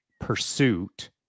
pursuit